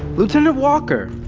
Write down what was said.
lieutenant walker!